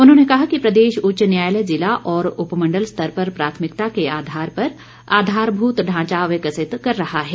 उन्होंने कहा कि प्रदेश उच्च न्यायालय जिला और उपमंडल स्तर पर प्राथमिकता के आधार पर आधारभूत ढांचा विकसित कर रहा है